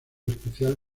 especial